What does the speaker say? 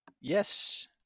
Yes